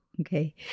Okay